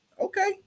Okay